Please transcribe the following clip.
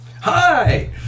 hi